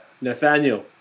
Nathaniel